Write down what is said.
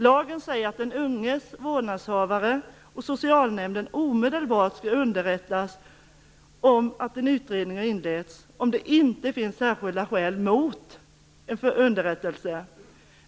Lagen säger att den unges vårdnadshavare och socialnämnden omedelbart skall underrättas om att en utredning har inletts, om det inte finns särskilda skäl mot en underrättelse.